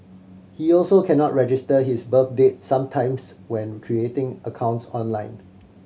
he also cannot register his birth date sometimes when creating accounts online